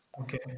Okay